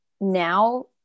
now